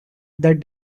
that